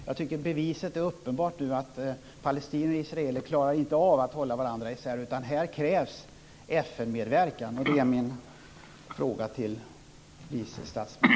Jag tycker att beviset nu är uppenbart att palestinier och israeler inte klarar att hålla sig åtskilda, utan här krävs FN-medverkan. Det är min fråga till vice statsministern.